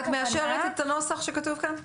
אז את מאשרת את הנוסח שכתוב כאן?